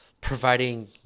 providing